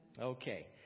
Okay